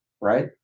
Right